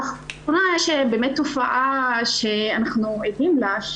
11:40) לאחרונה יש תופעה שאנחנו עדים לה,